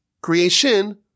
creation